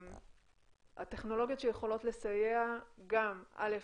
הטכנולוגיות שיכולות לסייע גם א.